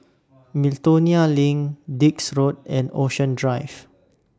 Miltonia LINK Dix Road and Ocean Drive